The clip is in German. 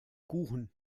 kuchen